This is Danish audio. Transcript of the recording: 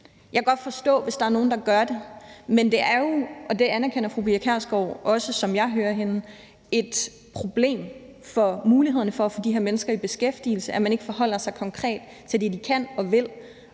Jeg kan godt forstå det, hvis der er nogle, der gør det, men det er jo – det anerkender jeg og fru Pia Kjærsgaard også, sådan som jeg hører hende – et problem i forhold til mulighederne for at få de her mennesker i beskæftigelse, at man ikke forholder sig konkret til det, de kan og vil,